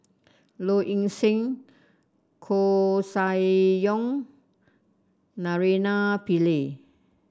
Low Ing Sing Koeh Sia Yong Naraina Pillai